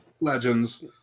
legends